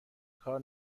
کار